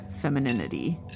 femininity